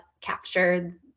capture